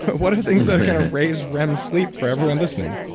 what are things that raise rem sleep for everyone listening?